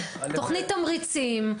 תוכנית תמריצים,